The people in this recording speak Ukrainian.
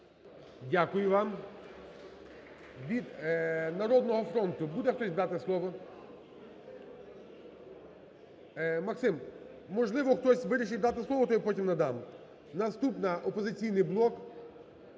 Дякую вам. Від "Народного фронту" буде хтось брати слово? Максим, можливо, хтось вирішить дати слово, то я потім надам. Наступна, "Опозиційний блок"